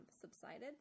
subsided